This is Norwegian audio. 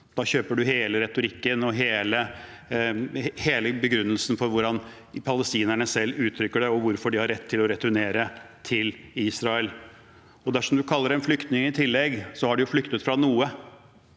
Da kjøper man hele retorikken og hele begrunnelsen for hvordan palestinerne selv uttrykker det, og hvorfor de har rett til å returnere til Israel. Dersom man i tillegg kaller dem flyktninger, har de flyktet fra noe.